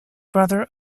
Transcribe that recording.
brother